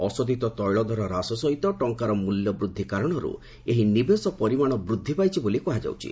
ଅଶୋଧିତ ତୈଳ ଦର ହ୍ରାସ ସହିତ ଟଙ୍କାର ମୂଲ୍ୟବୃଦ୍ଧି କାରଣରୁ ଏହି ନିବେଶ ପରିମାଣ ବୃଦ୍ଧି ପାଇଛି ବୋଲି କୁହାଯାଉଛି